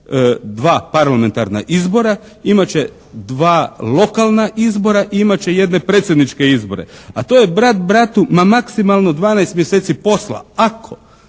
dva parlamentarna izbora, imat će dva lokalna izbora i imat će jedne predsjedničke izbore, a to je brat bratu na maksimalno 12 mjeseci posla ako,